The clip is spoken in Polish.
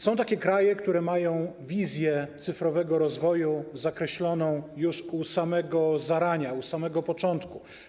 Są takie kraje, które mają wizję cyfrowego rozwoju zakreśloną już u samego zarania, na samym początku.